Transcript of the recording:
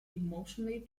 emotionally